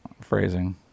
Phrasing